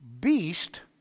beast